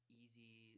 easy